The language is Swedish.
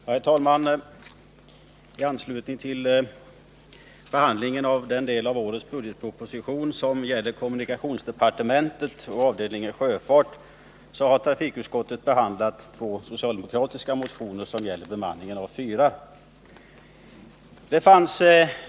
Herr talman! I anslutning till behandlingen av den del av årets budgetproposition som gäller kommunikationsdepartementet, avdelningen Sjöfart, har trafikutskottet behandlat två socialdemokratiska motioner om beman ningen av fyrar.